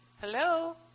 hello